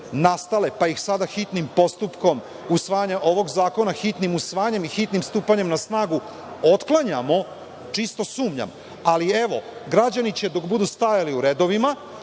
pa ih sada hitnim postupkom usvajanja ovog zakona, hitnim usvajanjem i hitnim stupanjem na snagu, otklanjamo, čisto sumnjam, ali evo, građani će, dok budu stajali u redovima